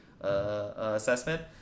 assessment